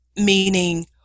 Meaning